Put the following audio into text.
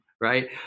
right